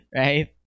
right